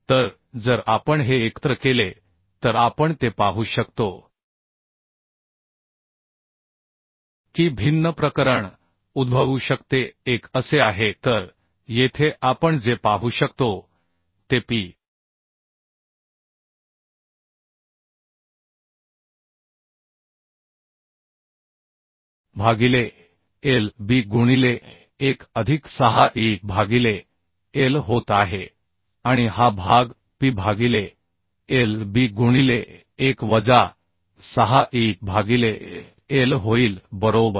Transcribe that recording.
तर जर आपण हे एकत्र केले तर आपण ते पाहू शकतो की भिन्न प्रकरण उद्भवू शकते एक असे आहे तर येथे आपण जे पाहू शकतो ते p भागिले l b गुणिले 1 अधिक 6 e भागिले l होत आहे आणि हा भाग p भागिले l b गुणिले 1 वजा 6 e भागिले l होईल बरोबर